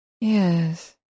Yes